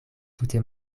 tute